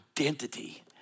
identity